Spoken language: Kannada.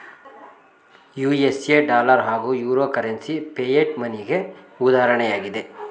ಯು.ಎಸ್.ಎ ಡಾಲರ್ ಹಾಗೂ ಯುರೋ ಕರೆನ್ಸಿ ಫಿಯೆಟ್ ಮನಿಗೆ ಉದಾಹರಣೆಯಾಗಿದೆ